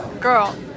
girl